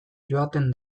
joaten